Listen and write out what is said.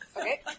Okay